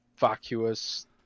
vacuous